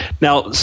Now